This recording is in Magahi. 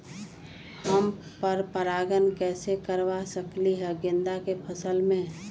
हम पर पारगन कैसे करवा सकली ह गेंदा के फसल में?